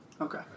Okay